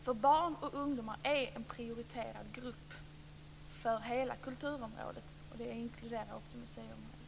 För barn och ungdomar är en prioriterad grupp för hela kulturområdet, och det inkluderar också museiområdet.